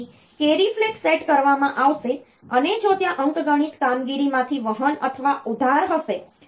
તેથી carry flag set કરવામાં આવશે અને જો ત્યાં અંકગણિત કામગીરીમાંથી વહન અથવા ઉધાર હશે